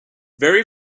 very